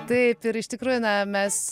taip ir iš tikrųjų na mes